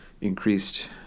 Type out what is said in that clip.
increased